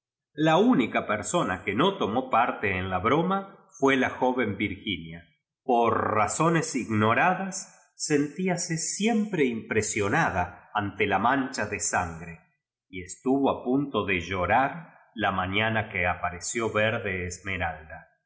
la única persona que no tomó parte en la broma fué la joven virginia por razones ignoradas sentíase siempre impresionada ante la mancha de sangre y estuvo a punto de llorar la mañana que apareció verde esmeralda